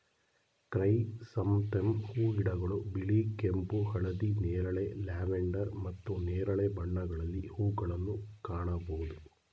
chrysanthemum ಹೂಗಿಡಗಳು ಬಿಳಿ, ಕೆಂಪು, ಹಳದಿ, ನೇರಳೆ, ಲ್ಯಾವೆಂಡರ್ ಮತ್ತು ನೇರಳೆ ಬಣ್ಣಗಳಲ್ಲಿ ಹೂಗಳನ್ನು ಕಾಣಬೋದು